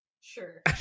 Sure